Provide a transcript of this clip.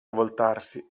voltarsi